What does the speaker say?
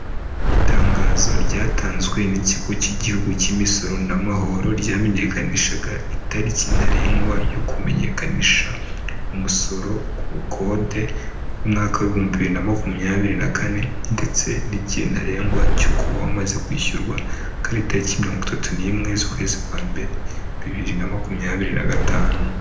Itangazo ryatanzwe n'ikigo cy'igihugu cy'imisoro n'amahoro, ryamenyekanishaga itariki ntarengwa yo kumenyekanisha umusoro ku bukode, mu mwaka w'ibihumbi bibiri na makumyabiri na kane, ndetse n'igihe ntarengwa cyo kuba umaze kwishyura ko ari taliki ya mirongo itatu n'imwe z'ukwezi kwa mbere, bibiri na makumyabiri na gatanu.